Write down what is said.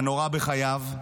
הנורא בחייו,